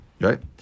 Right